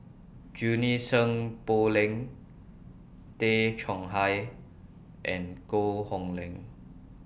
Junie Sng Poh Leng Tay Chong Hai and Koh Hong Leng